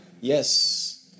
yes